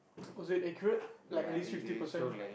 was it accurate like at least fifty percent